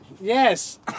Yes